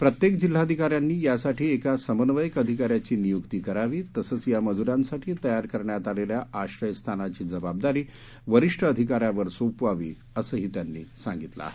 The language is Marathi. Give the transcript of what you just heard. प्रत्येक जिल्हाधिकाऱ्यांनी यासाठी एका समन्वयक अधिकाऱ्याची नियुक्ती करावी तसंच या मजुरांसाठी तयार करण्यात आलेल्या आश्रयस्थानाची जबाबदारी वरिष्ठ अधिकाऱ्यावर सोपवावी असंही त्यांनी सांगितलं आहे